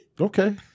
okay